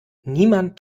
niemand